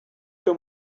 fer